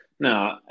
No